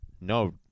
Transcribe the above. No